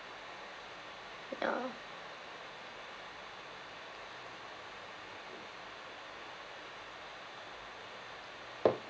yeah